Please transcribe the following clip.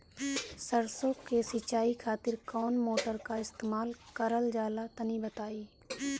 सरसो के सिंचाई खातिर कौन मोटर का इस्तेमाल करल जाला तनि बताई?